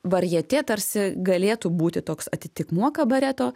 varjetė tarsi galėtų būti toks atitikmuo kabareto